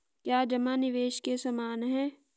क्या जमा निवेश के समान है?